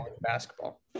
basketball